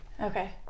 Okay